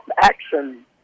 action